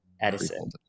Edison